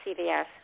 CVS